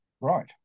Right